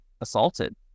assaulted